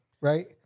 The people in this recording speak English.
right